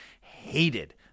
hated